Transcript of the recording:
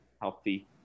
healthy